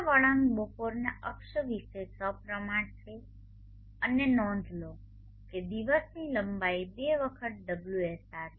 આ વળાંક બપોરના અક્ષ વિશે સપ્રમાણ છે અને નોંધ લો કે દિવસની લંબાઈ 2 વખત ωSR છે